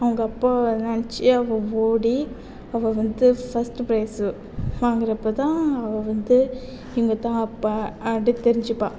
அவங்க அப்பாவை நினைச்சி அவள் ஓடி அவள் வந்து ஃபஸ்ட் பிரைஸ்ஸு வாங்கிறப்ப தான் அவள் வந்து இவங்க தான் அப்பா அப்படினு தெரிஞ்சிப்பாள்